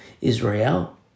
Israel